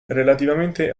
relativamente